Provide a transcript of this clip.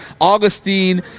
Augustine